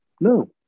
no